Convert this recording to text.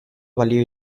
balio